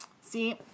See